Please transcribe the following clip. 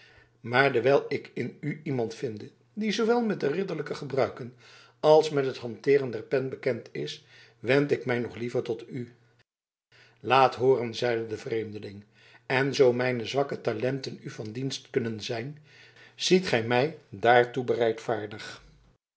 maar dewijl ik in u iemand vinde die zoowel met de ridderlijke gebruiken als met het hanteeren der pen bekend is wend ik mij nog liever tot u laat hooren zeide de vreemdeling en zoo mijne zwakke talenten u van dienst kunnen zijn ziet gij mij daartoe